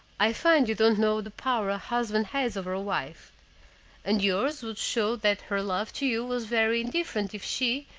i find you don't know the power a husband has over a wife and yours would show that her love to you was very indifferent if she,